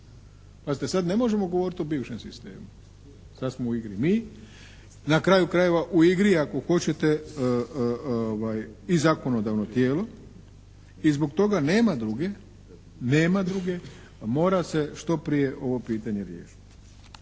Pazite sad ne možemo govoriti o bivšem sistemu. Sad smo u igri mi. Na kraju krajeva u igri je ako hoćete i zakonodavno tijelo i zbog toga nema druge, nema druge mora se što prije ovo pitanje riješiti.